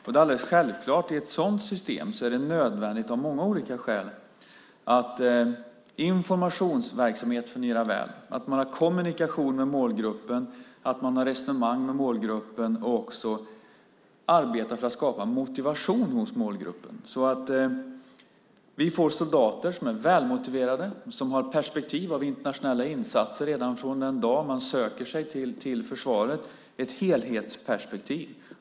I ett sådant system är det alldeles självklart att det, av många olika skäl, är nödvändigt att informationsverksamheten fungerar väl, att man har kommunikation och för resonemang med målgruppen och även arbetar för att skapa motivation hos målgruppen så att vi får soldater som är välmotiverade och har perspektiv på internationella insatser redan från den dag de söker sig till försvaret, alltså har ett helhetsperspektiv.